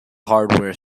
hardware